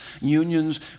unions